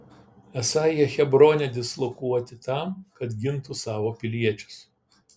esą jie hebrone dislokuoti tam kad gintų savo piliečius